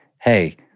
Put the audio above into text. hey